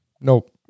Nope